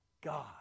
God